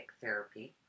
therapy